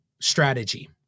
strategy